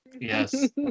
Yes